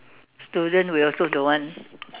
student we also don't want